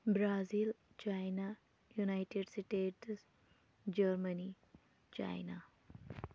Brazil China United States Germany China